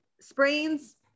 sprains